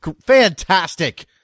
Fantastic